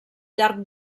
llarg